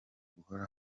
guhora